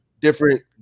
different